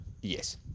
Yes